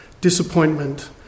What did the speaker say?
disappointment